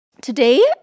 Today